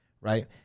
right